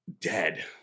dead